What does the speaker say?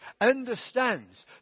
understands